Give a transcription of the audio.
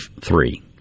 three